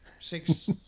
six